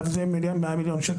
100 מיליון שקל.